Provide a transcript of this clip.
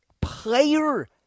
player